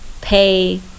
pay